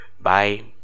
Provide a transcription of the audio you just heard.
Bye